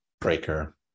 breaker